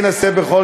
תעשה לי טובה.